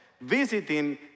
visiting